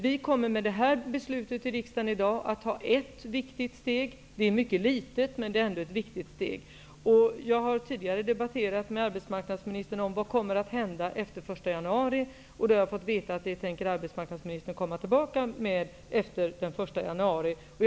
Vi kommer med riksdagens beslut i dag att ta ett viktigt steg - det är ett litet steg men ändå ett viktigt steg. Jag har tidigare haft diskussioner med arbetsmarknadsministern om vad som kommer att hända efter den 1 januari, och jag har fått veta att arbetsmarknadsministern tänker komma tillbaka med besked efter årsskiftet.